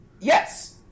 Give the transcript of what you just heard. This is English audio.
Yes